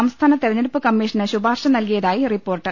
സംസ്ഥാന തെരഞ്ഞെടുപ്പ് കമ്മീഷന് ശുപാർശ നൽകിയതായി റിപ്പോർട്ട്